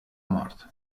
mort